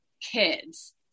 kids